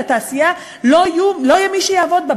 לתעשייה לא יהיה מי שיעבוד בה.